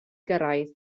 gyrraedd